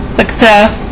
success